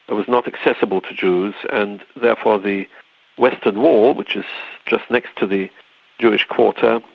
but was not accessible to jews and therefore the western wall, which is just next to the jewish quarter,